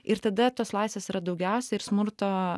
ir tada tos laisvės yra daugiausia ir smurto